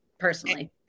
personally